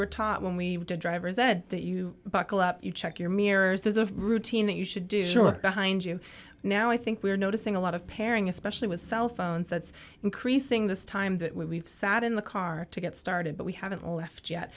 were taught when we did driver's ed that you buckle up you check your mirrors there's a routine that you should do sure behind you now i think we're noticing a lot of pairing especially with cell phones that's increasing this time that we've sat in the car to get started but we haven't left yet